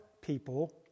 people